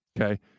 okay